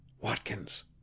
Watkins